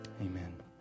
Amen